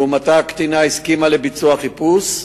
לעומתה, הקטינה הסכימה לביצוע החיפוש,